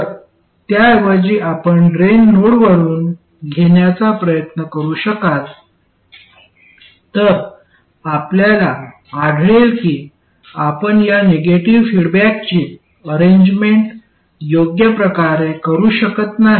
तर त्याऐवजी आपण ड्रेन नोडवरुन घेण्याचा प्रयत्न करू शकाल तर आपल्याला आढळेल की आपण या निगेटिव्ह फीडबॅकची अरेंजमेंट योग्य प्रकारे करू शकत नाही